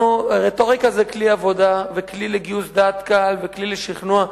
רטוריקה זה כלי עבודה וכלי לגיוס דעת קהל וכלי לשכנוע,